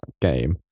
game